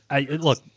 look